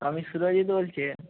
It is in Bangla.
আমি সুরজিত বলছি